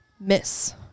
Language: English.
miss